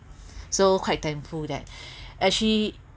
so quite thankful that actually